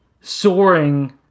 soaring